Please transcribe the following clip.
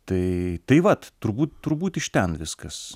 tai tai vat turbūt turbūt iš ten viskas